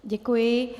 Děkuji.